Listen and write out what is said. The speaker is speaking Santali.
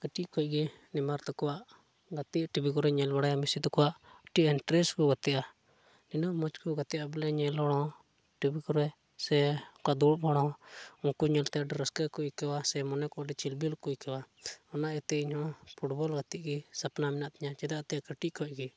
ᱠᱟᱹᱴᱤᱡ ᱠᱷᱚᱱ ᱜᱮ ᱱᱮᱭᱢᱟᱨ ᱛᱟᱠᱚᱣᱟᱜ ᱜᱟᱛᱮᱜ ᱴᱤᱵᱷᱤ ᱠᱚᱨᱮᱧ ᱧᱮᱞ ᱵᱟᱲᱟᱭᱟ ᱢᱮᱥᱤ ᱛᱟᱠᱚᱣᱟᱜ ᱟᱹᱰᱤ ᱤᱱᱴᱟᱨᱮᱥᱴ ᱠᱚ ᱜᱟᱛᱮᱜᱼᱟ ᱱᱩᱱᱟᱹᱜ ᱢᱚᱡᱽ ᱠᱚ ᱜᱟᱛᱮᱜᱼᱟ ᱵᱚᱞᱮ ᱧᱮᱞ ᱦᱚᱲ ᱦᱚᱸ ᱴᱤᱵᱷᱤ ᱠᱚᱨᱮᱫ ᱥᱮ ᱚᱠᱟ ᱫᱩᱲᱩᱵ ᱵᱟᱲᱟ ᱦᱚᱸ ᱩᱱᱠᱩ ᱧᱮᱞᱛᱮ ᱟᱹᱰᱤ ᱨᱟᱹᱥᱠᱟᱹ ᱜᱮᱠᱚ ᱟᱹᱭᱠᱟᱹᱣᱟ ᱥᱮ ᱢᱚᱱᱮ ᱠᱚ ᱟᱹᱰᱤ ᱪᱤᱨᱜᱟᱹᱞ ᱠᱚ ᱟᱹᱭᱠᱟᱹᱣᱟ ᱚᱱᱟ ᱤᱭᱟᱹᱛᱮ ᱤᱧ ᱦᱚᱸ ᱯᱷᱩᱴᱵᱚᱞ ᱜᱟᱛᱮᱜ ᱜᱮ ᱥᱚᱯᱱᱚ ᱢᱮᱱᱟᱜ ᱛᱤᱧᱟᱹ ᱪᱮᱫᱟᱜᱛᱮ ᱠᱟᱹᱴᱤᱡ ᱠᱷᱚᱱ ᱜᱮ